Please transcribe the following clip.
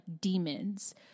demons